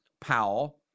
Powell